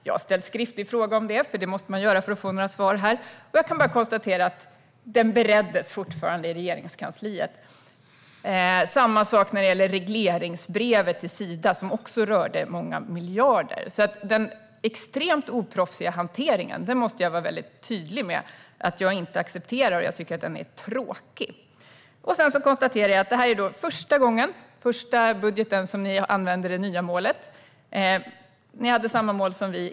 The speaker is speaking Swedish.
Jag har ställt en skriftlig fråga om detta, för det måste man göra för att få några svar här, och jag kan bara konstatera att förslaget då fortfarande bereddes i Regeringskansliet. Samma sak gäller för regleringsbrevet till Sida, som också rörde många miljarder. Jag måste vara tydlig med att jag inte accepterar den extremt oproffsiga hanteringen. Jag tycker att den är tråkig. Detta är den första budget där ni använder det nya målet. Ni hade tidigare samma mål som vi.